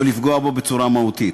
או לפגוע בו בצורה מהותית.